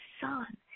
son